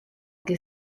que